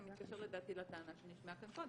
זה מתקשר לדעתי לטענה שנשמעה כאן קודם,